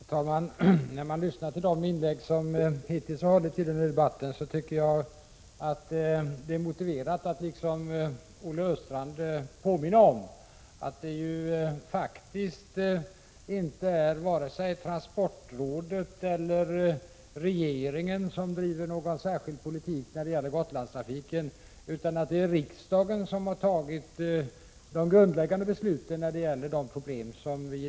Herr talman! Efter att ha lyssnat till de inlägg som hittills har gjorts i debatten anser jag det motiverat att — liksom Olle Östrand — påminna om att det faktiskt inte är vare sig transportrådet eller regeringen som driver någon = Prot. 1986/87:18 särskild politik när det gäller Gotlandstrafiken, utan att det är riksdagen som 4november 1986 tagit de grundläggande besluten.